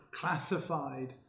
classified